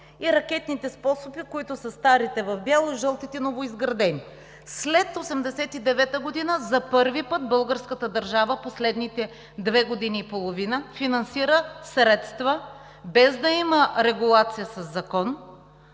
и ракетните способи, от които старите са в бяло и жълтите – новоизградени. След 1989 г. за първи път българската държава в последните две години и половина финансира със средства, без да има регулация със закон,